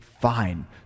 fine